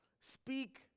speak